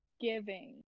Giving